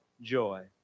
joy